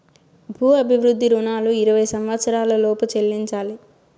భూ అభివృద్ధి రుణాలు ఇరవై సంవచ్చరాల లోపు చెల్లించాలి